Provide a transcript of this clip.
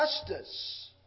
justice